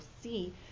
see